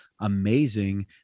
amazing